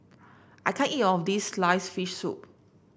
I can't eat of this sliced fish soup